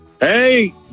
Hey